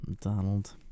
Donald